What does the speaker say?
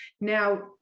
Now